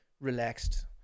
relaxed